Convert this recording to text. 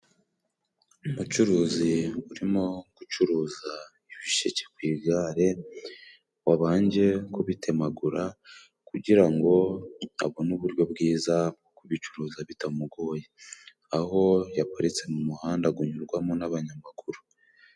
Umucuruzi urimo gucuruza ibisheke ku igare wabanje kubitemagura, kugira ngo abone uburyo bwiza bwo kubicuruza bitamugoye, aho yaparitse mu muhanda gunyurwamo n'abanyamaguru.